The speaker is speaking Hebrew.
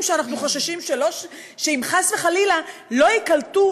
שאנחנו חוששים שאם חס וחלילה לא ייקלטו,